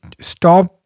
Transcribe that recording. stop